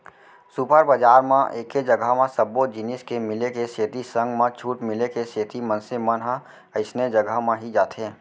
super बजार म एके जघा म सब्बो जिनिस के मिले के सेती संग म छूट मिले के सेती मनसे मन ह अइसने जघा म ही जाथे